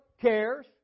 cares